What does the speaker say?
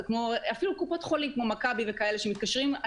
אפילו קופות חולים כמו מכבי וכולי מתקשרות עם